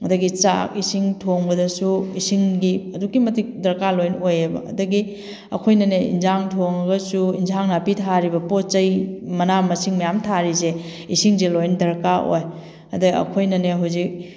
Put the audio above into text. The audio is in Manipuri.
ꯑꯗꯒꯤ ꯆꯥꯛ ꯏꯁꯤꯡ ꯊꯣꯡꯕꯗꯁꯨ ꯏꯁꯤꯡꯒꯤ ꯑꯗꯨꯛꯀꯤ ꯃꯇꯤꯛ ꯗꯔꯀꯥꯔ ꯂꯣꯏ ꯑꯣꯏꯌꯦꯕ ꯑꯗꯒꯤ ꯑꯩꯈꯣꯏꯅꯅꯦ ꯏꯟꯖꯥꯡ ꯊꯣꯡꯉꯒꯁꯨ ꯏꯟꯖꯥꯡ ꯅꯥꯄꯤ ꯊꯥꯔꯤꯕ ꯄꯣꯠ ꯆꯩ ꯃꯅꯥ ꯃꯁꯤꯡ ꯃꯌꯥꯝ ꯊꯥꯔꯤꯁꯦ ꯏꯁꯤꯡꯁꯦ ꯂꯣꯏꯅ ꯗꯔꯀꯥꯔ ꯑꯣꯏ ꯑꯗ ꯑꯩꯈꯣꯏꯅꯅꯦ ꯍꯧꯖꯤꯛ